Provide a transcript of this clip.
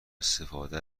استفاده